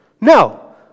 No